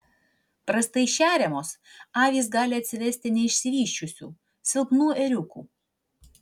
prastai šeriamos avys gali atsivesti neišsivysčiusių silpnų ėriukų